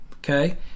Okay